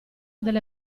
delle